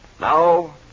Now